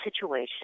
situation